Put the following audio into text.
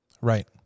right